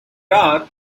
are